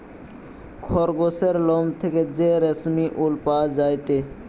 খরগোসের লোম থেকে যে রেশমি উল পাওয়া যায়টে